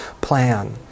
plan